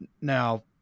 now